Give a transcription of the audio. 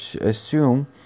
assume